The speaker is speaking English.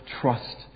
trust